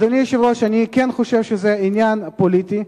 אדוני היושב-ראש, אני כן חושב שזה עניין פוליטי.